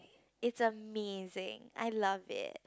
it's amazing I love it